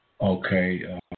Okay